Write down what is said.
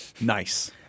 Nice